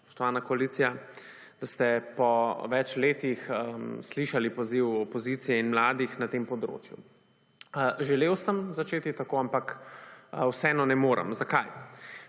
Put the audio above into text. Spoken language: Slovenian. spoštovana koalicija, da ste po več letih slišali poziv opozicije in mladih na tem področju. Želel sem začeti tako, ampak vseeno ne morem. 59.